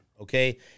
okay